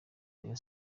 rayon